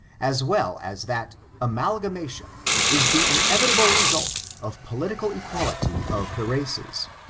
as well as that amalgaemation is the inevitable result of political equality of the races.